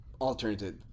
alternative